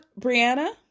Brianna